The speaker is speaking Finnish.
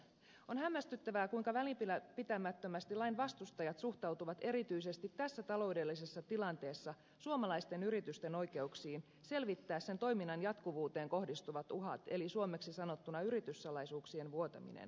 on hämmästyttävää kuinka välinpitämättömästi lain vastustajat suhtautuvat erityisesti tässä taloudellisessa tilanteessa suomalaisten yritysten oikeuksiin selvittää niiden toiminnan jatkuvuuteen kohdistuvat uhat eli suomeksi sanottuna yrityssalaisuuksien vuotamisen